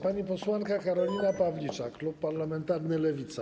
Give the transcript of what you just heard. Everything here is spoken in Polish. Pani posłanka Karolina Pawliczak, klub parlamentarny Lewica.